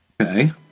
Okay